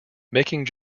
making